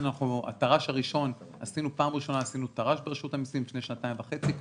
הטר"ש הראשון פעם ראשונה עשינו טר"ש ברשות המסים לפני שנתיים וחצי,